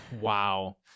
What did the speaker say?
Wow